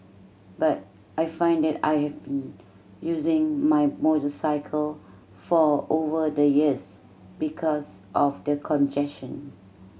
but I find that I have been using my motorcycle for over the years because of the congestion